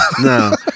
No